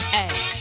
Hey